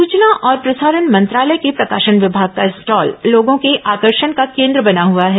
सूचना और प्रसारण मंत्रालय के प्रकाशन विभाग का स्टॉल लोगों के आकर्षण का केन्द्र बना हुआ है